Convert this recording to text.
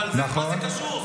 אבל זה לא קשור.